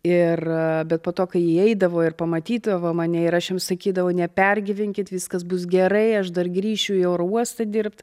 ir bet po to kai įeidavo ir pamatydavo mane ir aš jiem sakydavau nepergyvenkit viskas bus gerai aš dar grįšiu į oro uostą dirbt